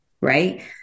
right